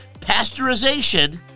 pasteurization